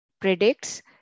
predicts